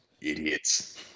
idiots